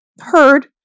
heard